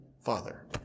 Father